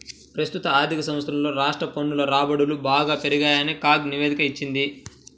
ప్రస్తుత ఆర్థిక సంవత్సరంలో రాష్ట్ర పన్నుల రాబడులు బాగా పెరిగాయని కాగ్ నివేదిక ఇచ్చింది